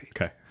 Okay